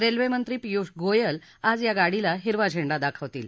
रेल्वेमंत्री पियुष गोयल आज या गाडीला हिरवा झेंडा दाखवतील